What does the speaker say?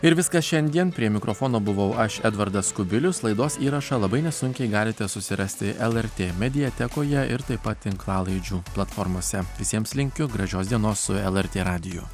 ir viskas šiandien prie mikrofono buvau aš edvardas kubilius laidos įrašą labai nesunkiai galite susirasti lrt mediatekoje ir taip pat tinklalaidžių platformose visiems linkiu gražios dienos su lrt radiju